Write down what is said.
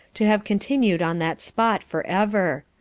to have continued on that spot for ever.